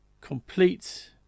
complete